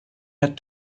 had